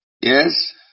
Yes